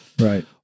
Right